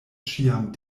ĉiam